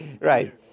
right